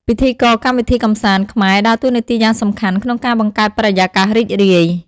ពិធីករកម្មវិធីកម្សាន្ត ខ្មែរដើរតួនាទីយ៉ាងសំខាន់ក្នុងការបង្កើតបរិយាកាសរីករាយ។